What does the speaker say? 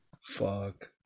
Fuck